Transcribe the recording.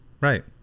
Right